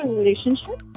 relationship